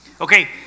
Okay